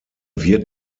wird